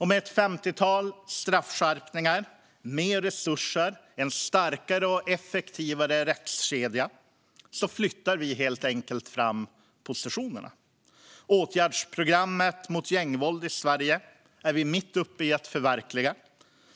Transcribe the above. Med ett femtiotal straffskärpningar, mer resurser och en starkare och effektivare rättskedja flyttar vi helt enkelt fram positionerna. Åtgärdsprogrammet mot gängvåld i Sverige är vi mitt uppe i att förverkliga.